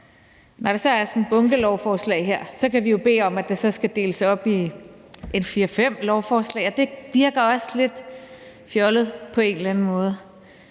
når der er sådan et bunkelovforslag her, kan vi jo bede om, at det så skal deles op i fire-fem lovforslag, og det virker også lidt fjollet på en eller anden måde.